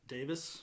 Davis